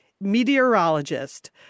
meteorologist